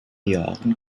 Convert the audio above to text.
jahren